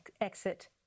exit